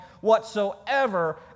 whatsoever